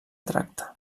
tracta